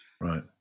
right